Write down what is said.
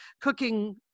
cooking